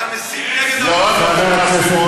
אתה מסית נגד האופוזיציה.